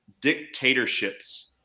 dictatorships